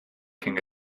king